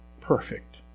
perfect